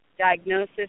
diagnosis